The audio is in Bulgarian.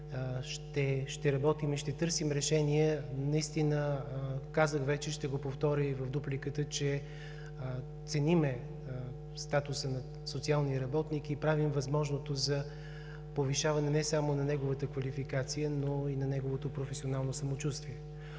ще работим и ще търсим решения. Наистина казах вече, ще го повторя и в дупликата, че ценим статуса на социалния работник и правим възможното за повишаване не само на неговата квалификация, но и на неговото професионално самочувствие.